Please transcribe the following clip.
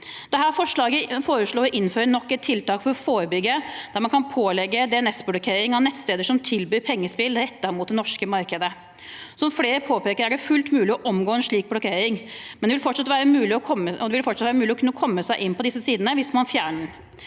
Dette forslaget foreslår å innføre nok et tiltak for å forebygge, der man kan pålegge DNS-blokkering av nettsteder som tilbyr pengespill rettet mot det norske markedet. Som flere påpeker, er det fullt mulig å omgå en slik blokkering, og det vil fortsatt være mulig å kunne komme seg inn på disse sidene hvis man fjerner